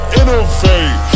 innovate